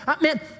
man